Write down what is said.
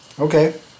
okay